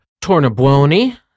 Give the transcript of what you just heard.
Tornabuoni